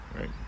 right